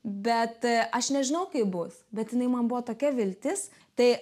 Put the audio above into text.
bet aš nežinau kaip bus bet jinai man buvo tokia viltis tai